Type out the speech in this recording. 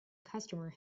customer